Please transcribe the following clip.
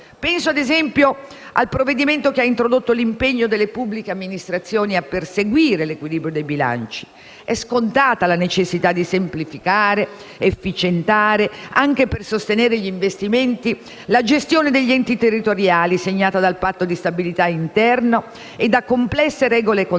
Penso - ad esempio - al provvedimento che ha introdotto l'impegno delle pubbliche amministrazioni a perseguire l'equilibrio dei bilanci. È scontata la necessità di semplificare ed efficientare, anche per sostenere gli investimenti, la gestione degli enti territoriali, segnata dal Patto di stabilità interno e da complesse regole contabili.